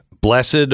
blessed